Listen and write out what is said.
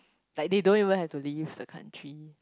like they don't even have to leave the country